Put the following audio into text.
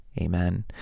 amen